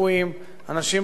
אנשים משמעותיים,